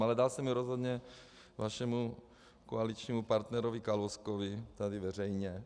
Ale dal jsem ji rozhodně vašemu koaličnímu partnerovi Kalouskovi tady veřejně.